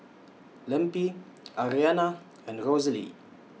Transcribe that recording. Lempi Ariana and Rosalee